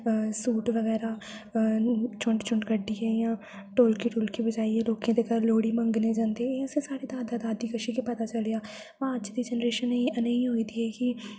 suit बगैरा अ झूंड झूंड कडियै इ'यां ढोलकी ढूलकी बजाइयै लोके दे घर लोह्ड़ी मगने जंदे एह् असे साढ़े दादा दादी कशा गे पता चलेआ होंआ अज दी जेनरेशन नेईं होंई दी ऐ की